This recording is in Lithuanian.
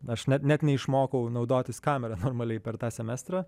aš net net neišmokau naudotis kamera normaliai per tą semestrą